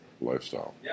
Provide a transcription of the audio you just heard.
lifestyle